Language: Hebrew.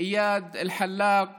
איאד אלחלאק